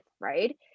right